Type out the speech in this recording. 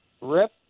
Rip